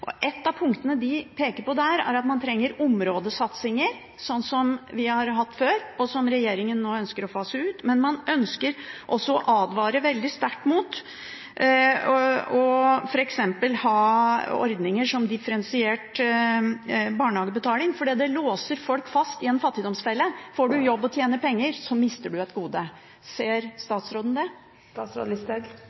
integrering. Et av punktene det pekes på der, er at man trenger områdesatsinger, sånn som vi har hatt før, og som regjeringen nå ønsker å fase ut. Man ønsker også å advare veldig sterkt mot f.eks. ordningen med differensiert barnehagebetaling, fordi det låser folk fast i en fattigdomsfelle. Får du jobb og tjener penger, mister du et gode. Ser statsråden det?